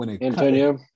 Antonio